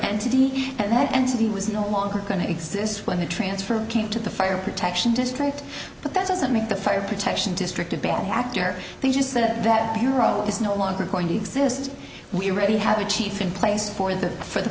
entity and city was no longer going to exist when the transfer came to the fire protection district but that doesn't make the fire protection district a bad actor they just that that bureau is no longer going to exist we already have a chief in place for the for the